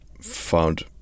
found